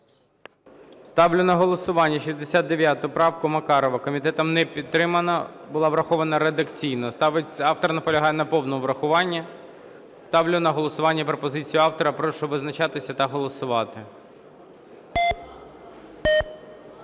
Ставлю на голосування 69 правку Макарова. Комітетом не підтримана, була врахована редакційно. Автор наполягає на повному врахуванні. Ставлю на голосування пропозицію автора. Прошу визначатися та голосувати.